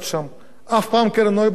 אף פעם קרן נויבך לא הזמינה אותי.